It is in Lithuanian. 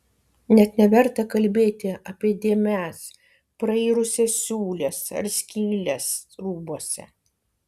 net neverta kalbėti apie dėmes prairusias siūles ar skyles rūbuose